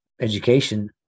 education